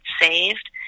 saved